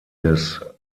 des